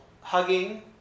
hugging